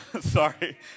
Sorry